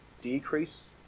decrease